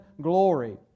glory